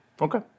Okay